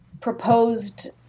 proposed